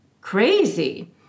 crazy